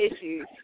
issues